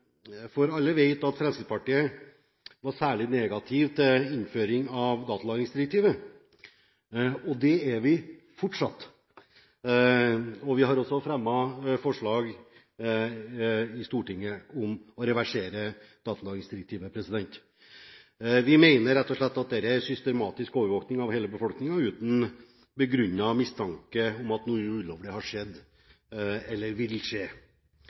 for alle vet at Fremskrittspartiet var særlig negativ til innføring av datalagringsdirektivet, og det er vi fortsatt. Vi har også fremmet forslag i Stortinget om å reversere datalagringsdirektivet. Vi mener rett og slett at dette er systematisk overvåking av hele befolkningen, uten begrunnet mistanke om at noe ulovlig har skjedd eller vil skje.